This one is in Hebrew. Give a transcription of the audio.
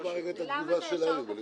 אני רוצה לשמוע את התגובה שלהם.